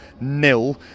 nil